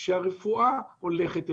שהרפואה הולכת בו,